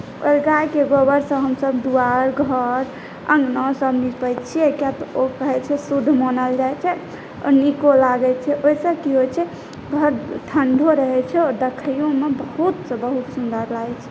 आओर गाएके गोबरसँ हमसभ दुआरि घर अङ्गनासभ निपैत छियै किआक तऽ ओ कहैत छै शुद्ध मानल जाइत छै आ नीको लागैत छै आ ओहिसँ की होइत छै घर ठण्डो रहैत छै आ देखैयोमे बहुतसँ बहुत सुन्दर लागैत छै